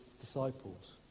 disciples